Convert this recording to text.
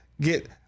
get